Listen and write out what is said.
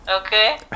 Okay